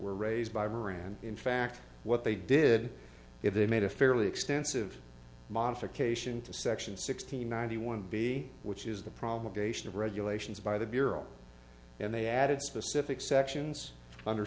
were raised by moran in fact what they did if they made a fairly extensive modification to section six hundred ninety one b which is the problem of regulations by the bureau and they added specific sections under